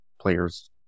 players